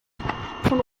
von